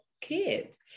Kids